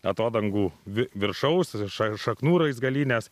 atodangų viršaus šaknų raizgalynes